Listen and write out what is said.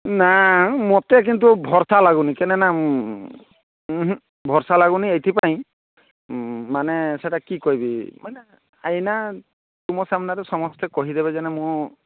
ନା ମୋତେ କିନ୍ତୁ ଭରସା ଲାଗୁନି କେନନା ଉଁ ହୁଁ ଭରସା ଲାଗୁନି ଏଥିପାଇଁ ମାନେ କି କହିବି ମାନେ ଏଇନା ତୁମ ସାମନାରେ ସମସ୍ତେ କହିଦେବେ ଯେ ମୁଁ